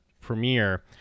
premiere